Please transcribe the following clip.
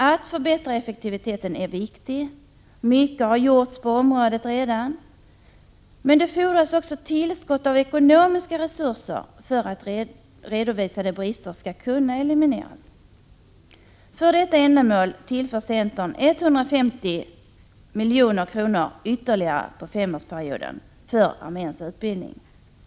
Att förbättra effektiviteten är viktigt. Mycket har redan gjorts på det området. Men det fordras också tillskott av ekonomiska resurser för att redovisade brister skall kunna elimineras. För detta ändamål föreslår centern ytterligare 150 miljoner under femårsperioden för arméns utbildning.